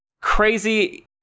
crazy